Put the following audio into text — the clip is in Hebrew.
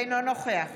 אינו נוכח